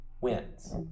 wins